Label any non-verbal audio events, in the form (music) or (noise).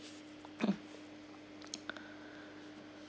(coughs)